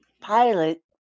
pilot